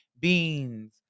beans